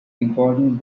important